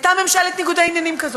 שלה ממשלת ניגודי עניינים כזאת.